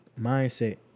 mindset